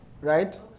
Right